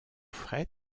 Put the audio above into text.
fret